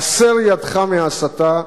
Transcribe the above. הסר ידך מההסתה,